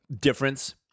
difference